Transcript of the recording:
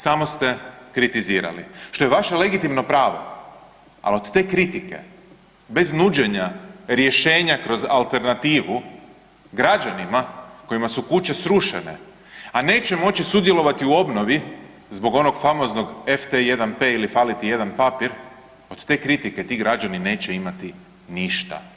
Samo ste kritizirali što je vaše legitimno pravo, ali od te kritike bez nuđenja rješenja kroz alternativu građanima kojima su kuće srušene, a neće moći sudjelovati u obnovi zbog onog famoznog FT1P ili fali ti jedan papir od te kritike ti građani neće imati ništa.